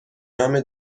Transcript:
نام